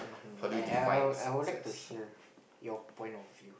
I I I would I would like to hear you point of view